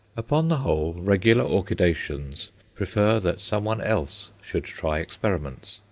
upon the whole, regular orchidaceans prefer that some one else should try experiments,